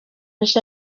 nshya